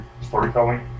storytelling